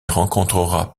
rencontrera